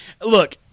look